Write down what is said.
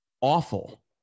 awful